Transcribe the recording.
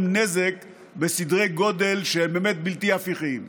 נזק בסדרי גודל שהם באמת בלתי הפיכים.